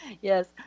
yes